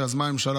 שיזמה הממשלה.